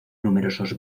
numerosos